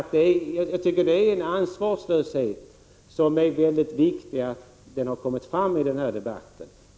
Det är mycket viktigt att denna ansvarslöshet klart har kommit till uttryck i denna debatt.